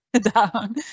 down